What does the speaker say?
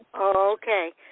Okay